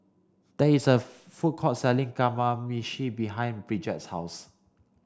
there is a food court selling Kamameshi behind Bridgette's house